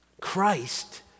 Christ